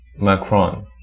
Macron